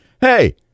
Hey